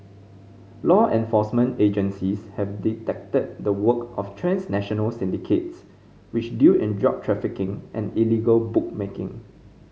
law enforcement agencies have detected the work of transnational syndicates which deal in drug trafficking and illegal bookmaking